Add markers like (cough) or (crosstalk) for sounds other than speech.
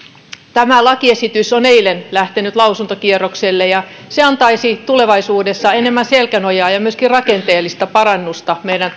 tämä lakiesitys on eilen lähtenyt lausuntokierrokselle ja se antaisi tulevaisuudessa enemmän selkänojaa ja myöskin rakenteellista parannusta meidän (unintelligible)